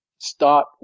start